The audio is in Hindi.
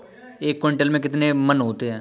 एक क्विंटल में कितने मन होते हैं?